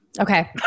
Okay